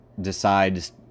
decides